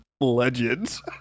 legends